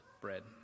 bread